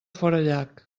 forallac